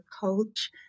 coach